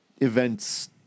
events